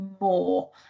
more